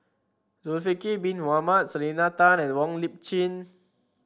Zulkifli Bin Mohamed Selena Tan and Wong Lip Chin